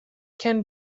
can